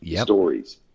stories